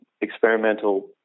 experimental